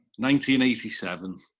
1987